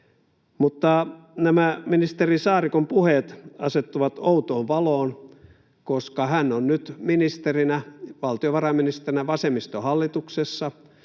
Mutta nämä ministeri Saarikon puheet asettuvat outoon valoon, koska hän on nyt ministerinä, valtiovarainministerinä, vasemmistohallituksessa,